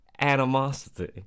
animosity